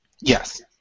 Yes